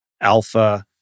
alpha